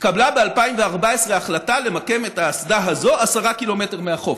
התקבלה ב-2014 החלטה למקם את האסדה הזאת 10 קילומטר מהחוף.